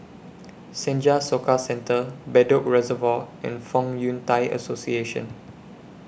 Senja Soka Centre Bedok Reservoir and Fong Yun Thai Association